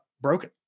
broken